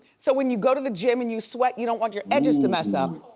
so when you go to the gym and you sweat, you don't want your edges to mess up,